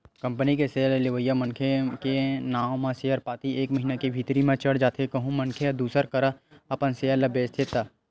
company के share ल लेवइया मनखे के नांव म सेयर पाती एक महिना के भीतरी म चढ़ जाथे कहूं मनखे ह दूसर करा अपन सेयर ल बेंचथे त